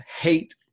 hate